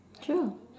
sure